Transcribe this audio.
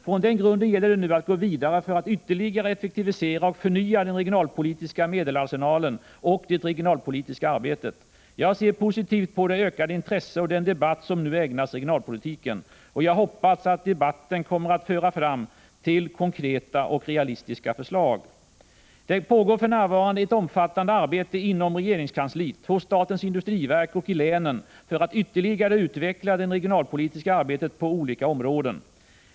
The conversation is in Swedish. Från den grunden gäller det nu att gå vidare för att ytterligare effektivisera och förnya den regionalpolitiska medelsarsenalen och det regionalpolitiska arbetet. Jag ser positivt på det ökade intresse och den debatt som nu ägnas regionalpolitiken. Jag hoppas också att debatten kommer att föra fram till konkreta och realistiska förslag. Det pågår för närvarande ett omfattande arbete inom regeringskansliet, hos statens industriverk och i länen för att ytterligare utveckla det regional 73 politiska arbetet på olika områden.